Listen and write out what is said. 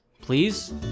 Please